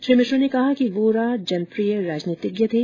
श्री मिश्र ने कहा कि वोरा जनप्रिय राजनीतिज्ञ थे